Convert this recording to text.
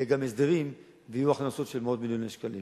יהיו גם הסדרים ויהיו הכנסות של מאות מיליוני שקלים.